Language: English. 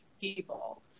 people